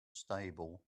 stable